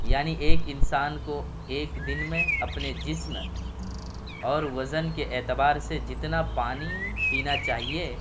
یعنی ایک انسان کو ایک دن میں اپنے جسم اور وزن کے اعتبار سے جتنا پانی پینا چاہیے